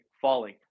falling